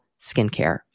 skincare